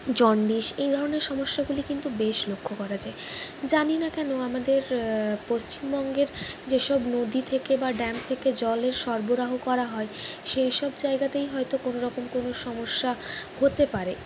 jaundice এ ধরনের সমস্যাগুলি কিন্তু বেশ লক্ষ্য করা যায় জানিনা কেন আমাদের পশ্চিমবঙ্গের যেসব নদী থেকে বা ড্যাম থেকে জলের সরবরাহ করা হয় সেসব জায়গাতেই হয়তো কোনও রকম কোনও সমস্যা হতে পারে